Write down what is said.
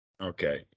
okay